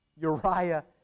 Uriah